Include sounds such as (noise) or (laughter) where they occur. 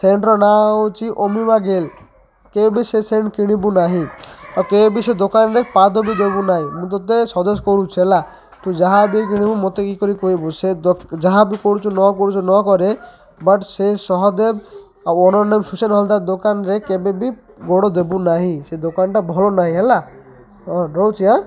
centre ନାଁ ହେଉଛି ଓମିମା ଜେଲ୍ କେବେ ବି ସେ ସେଣ୍ଟ୍ କିଣିବୁ ନାହିଁ ଆଉ କେବେ ସେ ଦୋକାନରେ ପାଦ ବି ଦେବୁ ନାହିଁ ମୁଁ ତତେ ସଜେଷ୍ଟ କରୁଛି ହେଲା ତୁ ଯାହା ବି କିଣିବୁ ମୋତେ କି କରି କହିବୁ ସେ ଯାହା ବି କରୁଛୁ ନ କରୁଛୁ ନକରେ ବଟ୍ ସେ ସହଦେବ ଆଉ ଓନର୍ ନେମ୍ (unintelligible) ଦୋକାନରେ କେବେ ବି ଗୋଡ଼ ଦେବୁ ନାହିଁ ସେ ଦୋକାନଟା ଭଲ ନାହିଁ ହେଲା ହଁ ରହୁଛି ଆଁ